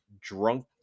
drunk